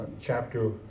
chapter